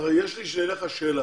יש לי אליך שאלה.